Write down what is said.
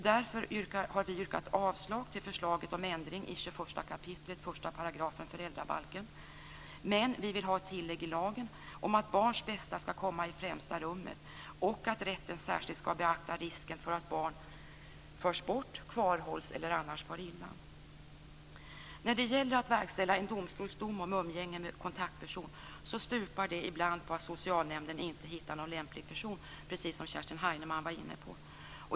Därför har vi yrkat avslag på förslaget om ändring i 21 kap. 1 § föräldrabalken. Men vi vill ha ett tillägg i lagen om att barns bästa skall komma i främsta rummet och att rätten särskilt skall beakta risken för att barn förs bort, kvarhålls eller annars far illa. När det gäller att verkställa en domstols dom om umgänge med kontaktperson stupar det ibland på att socialnämnden inte hittar någon lämplig person, precis som Kerstin Heinemann var inne på.